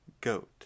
goat